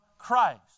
christ